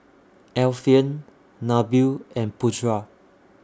Alfian Nabil and Putra